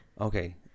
Okay